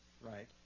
right